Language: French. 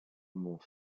mont